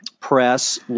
press